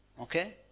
Okay